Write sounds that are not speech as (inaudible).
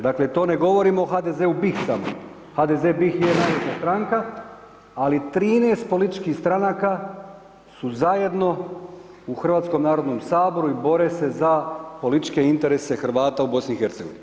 Dakle, to ne govorimo o HDZ-u … (unintelligible) samo, HDZ BIH je najveća straka, ali 13 političkih stranaka su zajedno u Hrvatskom narodu saboru i bore se za političke interese Hrvata u BIH.